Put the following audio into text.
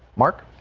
mark